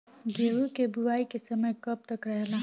गेहूँ के बुवाई के समय कब तक रहेला?